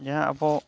ᱡᱟᱦᱟᱸ ᱟᱵᱚ